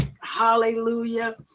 hallelujah